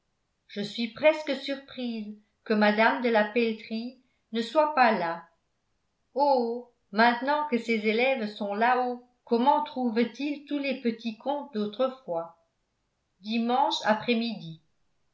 je suis presque surprise que mme de la peltrie ne soit pas là oh maintenant que ses élèves sont là-haut comment trouvent ils tous les petits contes d'autrefois dimanche après-midi